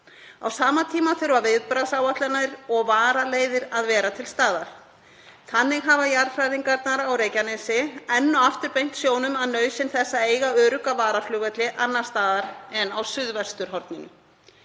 Á sama tíma þurfa viðbragðsáætlanir og varaleiðir að vera til staðar. Þannig hafa jarðhræringarnar á Reykjanesi enn og aftur beint sjónum okkar að nauðsyn þess að eiga örugga varaflugvelli annars staðar en á suðvesturhorninu.